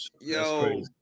Yo